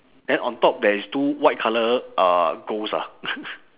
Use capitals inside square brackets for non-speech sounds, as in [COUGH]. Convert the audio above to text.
then on top there is two white colour uh ghosts ah [LAUGHS]